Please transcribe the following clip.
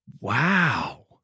Wow